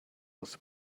was